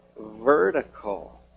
vertical